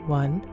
one